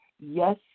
yes